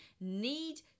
need